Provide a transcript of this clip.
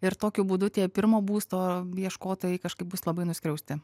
ir tokiu būdu tie pirmo būsto ieškotojai kažkaip bus labai nuskriausti